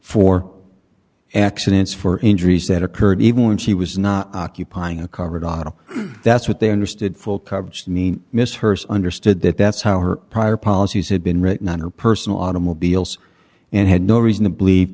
for accidents for injuries that occurred even when she was not occupying a covered auto that's what they understood full coverage mean misheard understood that that's how her prior policies had been written on her personal automobiles and had no reason to believe